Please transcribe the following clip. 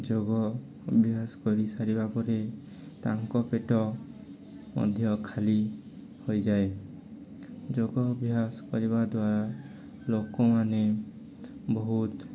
ଯୋଗ ଅଭ୍ୟାସ କରିସାରିବା ପରେ ତାଙ୍କ ପେଟ ମଧ୍ୟ ଖାଲି ହୋଇଯାଏ ଯୋଗ ଅଭ୍ୟାସ କରିବା ଦ୍ୱାରା ଲୋକମାନେ ବହୁତ